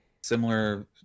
similar